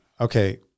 Okay